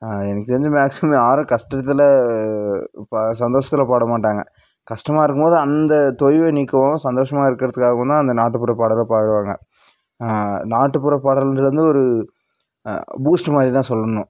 எனக்கு தெரிஞ்சு மேக்சிமம் யாரும் கஷ்டத்தில் இப்போ சந்தோஷத்தில் பாட மாட்டாங்க கஷ்டமாக இருக்கும்போது அந்த தொய்வை நீக்கவும் சந்தோசமாக இருக்கறதுக்காவும் தான் அந்த நாட்டுப்புற பாடலை பாடுவாங்க நாட்டுப்புற பாடல்கள் ஒரு பூஸ்ட்டு மாரி தான் சொல்லணும்